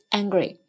angry